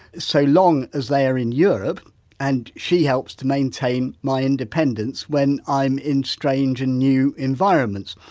so long as they are in europe and she helps to maintain my independence when i'm in strange and new environments.